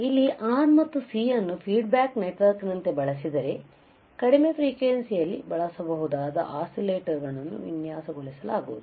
ಆದ್ದರಿಂದ ಇಲ್ಲಿ R ಮತ್ತು C ಅನ್ನು ಫೀಡ್ ಬ್ಯಾಕ್ ನೆಟ್ವರ್ಕ್ನಂತೆ ಬಳಸಿದರೆ ಕಡಿಮೆ ಫ್ರೀಕ್ವೆನ್ಸಿಯಲ್ಲಿಬಳಸಬಹುದಾದ ಆಸಿಲೇಟರ್ಗಳನ್ನು ವಿನ್ಯಾಸಗೊಳಿಸಬಹುದು